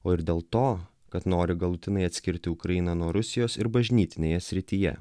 o ir dėl to kad nori galutinai atskirti ukrainą nuo rusijos ir bažnytinėje srityje